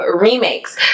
remakes